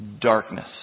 Darkness